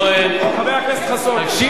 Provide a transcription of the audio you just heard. חבר הכנסת חסון, תודה.